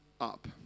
up